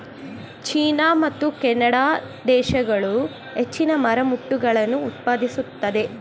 China ಮತ್ತು Canada ದೇಶಗಳು ಹೆಚ್ಚಿನ ಮರಮುಟ್ಟುಗಳನ್ನು ಉತ್ಪಾದಿಸುತ್ತದೆ